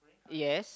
yes